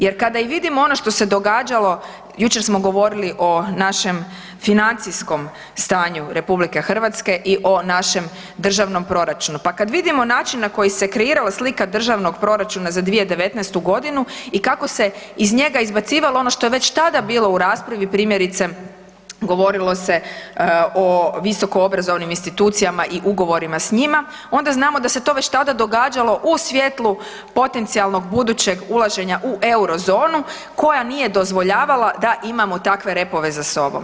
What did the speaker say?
Jer kada i vidimo ono što se događalo, jučer smo govorili o našem financijskom stanju Republike Hrvatske i o našem državnom proračunu, pa kad vidimo način na koji se kreira slika Državnog proračuna za 2019. godinu i kako se iz njega izbacivalo ono što je već tada bilo u raspravi, primjerice govorilo se o visoko obrazovnim institucijama i ugovorima s njima, onda znamo da se to već tada događalo u svijetlu potencijalnog, budućeg ulaženja u euro zonu koja nije dozvoljavala da imamo takve repove za sobom.